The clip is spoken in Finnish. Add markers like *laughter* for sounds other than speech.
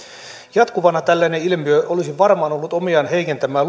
jatkuvana tällainen ilmiö olisi varmaan ollut omiaan heikentämään *unintelligible*